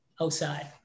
outside